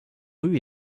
rues